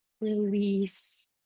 release